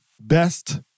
best